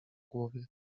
głowie